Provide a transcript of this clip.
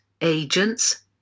agents